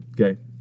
Okay